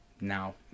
now